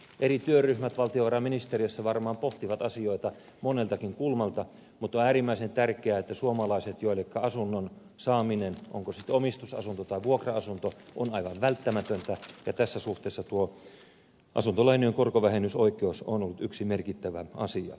eri työryhmät valtiovarainministeriössä varmaan pohtivat asioita moneltakin kulmalta mutta tämä on äärimmäisen tärkeää suomalaisille joilleka asunnon saaminen on sitten omistusasunto tai vuokra asunto on aivan välttämätöntä ja tässä suhteessa tuo asuntolainojen korkovähennysoikeus on ollut yksi merkittävä asia